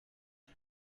you